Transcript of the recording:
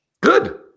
good